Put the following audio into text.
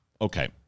Okay